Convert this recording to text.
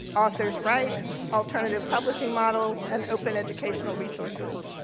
author's rights, alternative publishing models, and open educational resources.